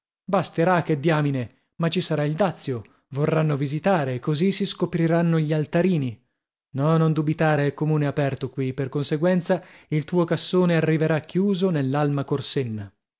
basterà che diamine ma ci sarà il dazio vorranno visitare e così si scopriranno gli altarini no non dubitare è comune aperto qui per conseguenza il tuo cassone arriverà chiuso nell'alma corsenna